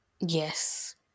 Yes